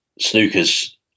Snooker's